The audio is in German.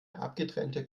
abgetrennte